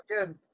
Again